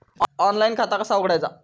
Online खाता कसा उघडायचा?